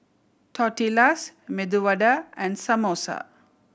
Tortillas Medu Vada and Samosa